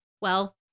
Well-